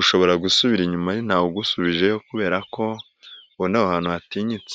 ushobora gusubira inyuma ntawugusubijeyo kubera ko ubona aho hantu hatinyitse.